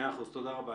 מאה אחוז, תודה רבה.